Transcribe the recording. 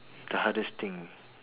the hardest thing